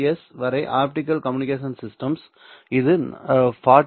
S வரை optical communication systems இது 40 G